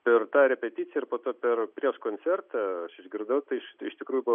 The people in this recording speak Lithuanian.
per tą repeticiją ir po to per prieš koncertą aš išgirdau tai iš iš tikrųjų buvo